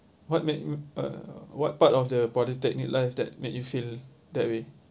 what made uh what part of the polytechnic life that make you feel that way